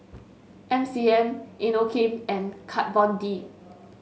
M C M Inokim and Kat Von D